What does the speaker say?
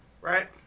right